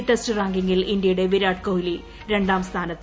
test റാങ്കിംഗിൽ ഇന്ത്യയുടെ വിരാട് കോഹ്ലി രണ്ടാം സ്ഥാനത്ത്